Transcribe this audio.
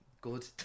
good